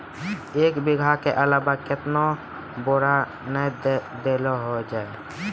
एक बीघा के अलावा केतना बोरान देलो हो जाए?